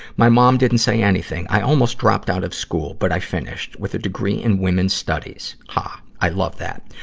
my mom didn't say anything. i almost dropped out of school, but i finished with a degree in women's studies. ha, i love that!